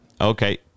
Okay